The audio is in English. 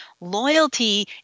Loyalty